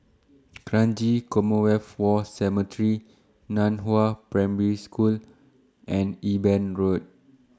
Kranji Commonwealth War Cemetery NAN Hua Primary School and Eben Road